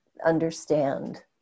understand